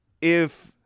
If-